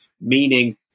meaning